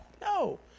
No